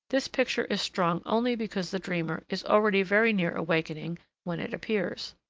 this picture is strong only because the dreamer is already very near awakening when it appears.